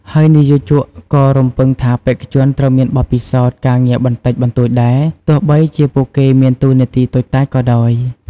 ហើយនិយោជកក៏រំពឹងថាបេក្ខជនត្រូវមានបទពិសោធន៍ការងារបន្តិចបន្តួចដែរ ទោះបីជាពួកគេមានតួនាទីតូចតាចក៏ដោយ។